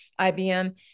IBM